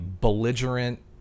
belligerent